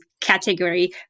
category